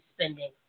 spending